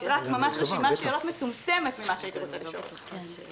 ממש רשימת שאלות מצומצמת ממה שהייתי רוצה לשאול אותך.